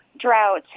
drought